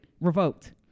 revoked